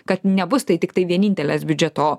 kad nebus tai tiktai vienintelės biudžeto